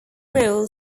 role